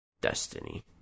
Destiny